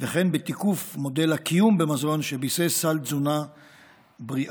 וכן בתיקוף מודל הקיום במזון שביסס סל תזונה בריאה.